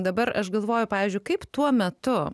dabar aš galvoju pavyzdžiui kaip tuo metu